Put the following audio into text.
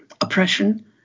oppression